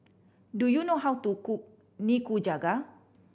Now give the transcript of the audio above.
do you know how to cook Nikujaga